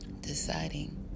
deciding